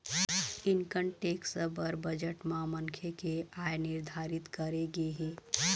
income tax बर budget म मनखे के आय निरधारित करे गे हे